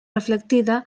reflectida